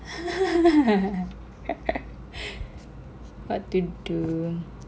what to do